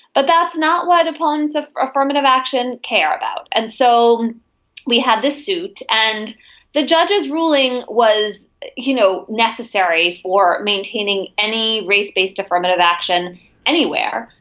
but that's not what opponents of affirmative action care about. and so we had this suit and the judge's ruling was you know necessary for maintaining any race based affirmative action anywhere.